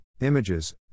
images